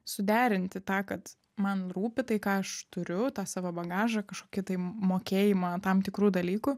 suderinti tą kad man rūpi tai ką aš turiu tą savo bagažą kažkokį tai mokėjimą tam tikrų dalykų